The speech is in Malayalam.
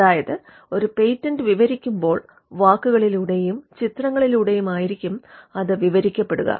അതായത് ഒരു പേറ്റന്റ് വിവരിക്കുമ്പോൾ വാക്കുകളിലൂടെയും ചിത്രങ്ങളിലൂടെയുമായിരിക്കും അത് വിവരിക്കപ്പെടുക